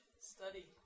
Study